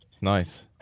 nice